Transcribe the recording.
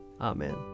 Amen